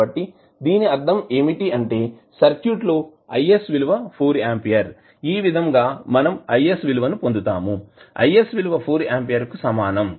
కాబట్టి దీని అర్థం ఏమిటి అంటే సర్క్యూట్ లో IS విలువ 4 ఆంపియర్ ఈ విధంగా మనం IS విలువని పొందుతాము IS విలువ 4 ఆంపియర్ కు సమానం